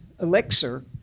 elixir